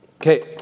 Okay